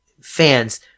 fans